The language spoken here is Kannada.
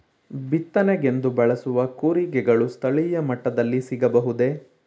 ಬಿತ್ತನೆಗೆಂದು ಬಳಸುವ ಕೂರಿಗೆಗಳು ಸ್ಥಳೀಯ ಮಟ್ಟದಲ್ಲಿ ಸಿಗಬಹುದೇ?